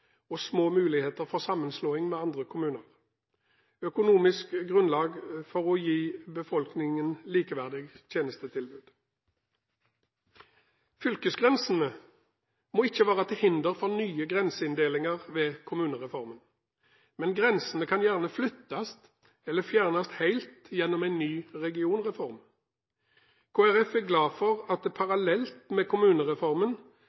muligheter for sammenslåing med andre kommuner økonomisk grunnlag for å gi befolkningen et likeverdig tjenestetilbud. Fylkesgrensene må ikke være til hinder for nye grenseinndelinger ved kommunereformen, men grensene kan gjerne flyttes eller fjernes helt gjennom en ny regionreform. Kristelig Folkeparti er glad for at det